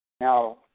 Now